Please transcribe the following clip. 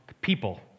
people